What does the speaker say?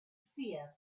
fear